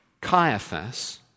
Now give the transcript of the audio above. Caiaphas